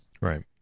Right